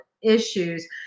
issues